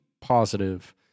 positive